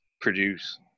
produce